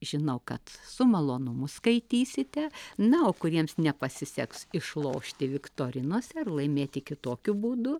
žinau kad su malonumu skaitysite na o kuriems nepasiseks išlošti viktorinos ir laimėti kitokiu būdu